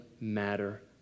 matter